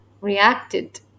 reacted